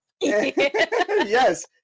Yes